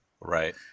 Right